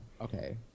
Okay